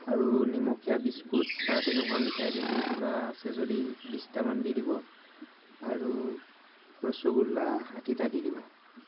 আৰু নিমখীয়া বিস্কুট বা তেনেকুৱা মিঠাইজাতীয় কিবা আছে যদি বিছটামান দি দিব আৰু ৰসগোল্লা ষাঠিটা দি দিব